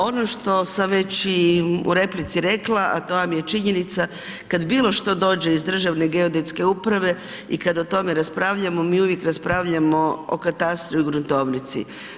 Ono što sam već i u replici rekla a to vam je činjenica, kad bilo što dođe iz Državne geodetske uprave i kad o tome raspravljamo, mi uvijek raspravljamo o katastru i gruntovnici.